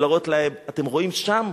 ולהראות להם: אתם רואים שם,